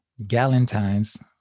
galentine's